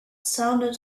sounded